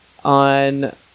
On